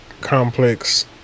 complex